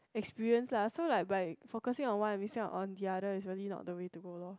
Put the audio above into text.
experiences lah so like by focusing on one and missing on the other is really not the way to go loh